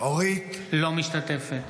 אינה משתתפת